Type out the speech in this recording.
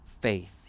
faith